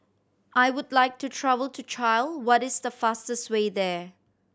I would like to travel to Chile what is the fastest way there